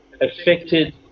affected